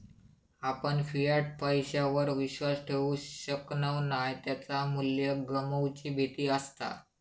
आपण फियाट पैशावर विश्वास ठेवु शकणव नाय त्याचा मू्ल्य गमवुची भीती असता